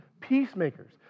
peacemakers